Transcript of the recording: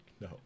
No